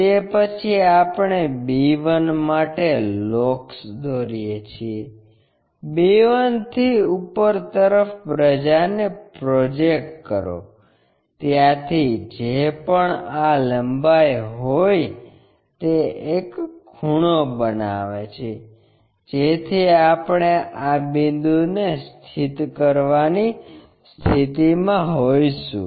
તે પછી આપણે b 1 માટે લોક્સ દોરીએ છીએ b 1 થી ઉપર તરફ બધાને પ્રોજેકટ કરો ત્યાંથી જે પણ આ લંબાઈ હોય તે એક ખૂણો બનાવે છે જેથી આપણે આ બિંદુને સ્થિત કરવાની સ્થિતિમાં હોઈશું